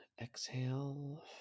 Exhale